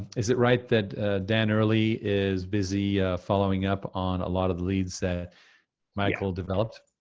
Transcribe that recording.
is it right that dan early is busy following up on a lot of the leads that michael developed?